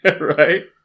Right